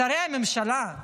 שרי הממשלה,